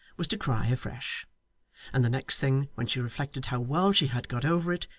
was to cry afresh and the next thing, when she reflected how well she had got over it,